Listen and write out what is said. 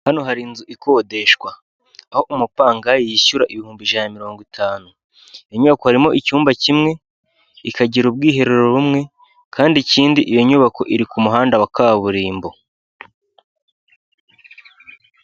Hano hari inzu ikodeshwa aho umupangayi yishyura ibihumbi ijana mirongo itanu inyubako harimo icyumba kimwe ikagira ubwiherero bumwe, kandi ikindi iyo nyubako iri ku muhanda wa kaburimbo.